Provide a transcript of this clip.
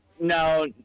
no